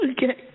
Okay